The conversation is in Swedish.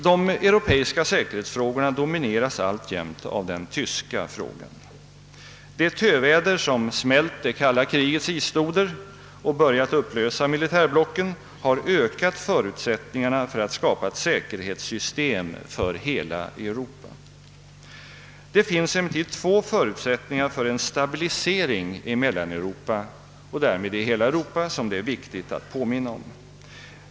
De europeiska säkerhetsfrågorna domineras alltjämt av den tyska frågan. Det töväder som smält det kalla krigets isstoder och börjat upplösa militärblocken har ökat förutsättningarna för att skapa ett säkerhetssystem för hela Europa. Det finns emellertid två förutsättningar för en stabilisering i Mellaneuropa och därmed i hela Europa, vilka det är viktigt att påminna om.